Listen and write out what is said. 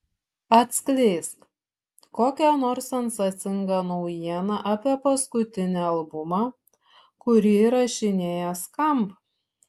atskleisk kokią nors sensacingą naujieną apie paskutinį albumą kurį įrašinėja skamp